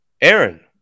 Aaron